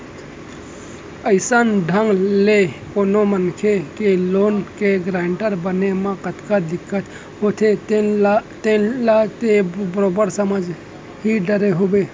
अइसन ढंग ले कोनो मनखे के लोन के गारेंटर बने म कतका दिक्कत होथे तेन ल तो बरोबर समझ ही डारे होहूँ